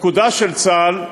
פקודה של צה"ל,